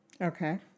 Okay